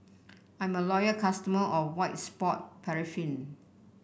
I'm a loyal customer of White Soft Paraffin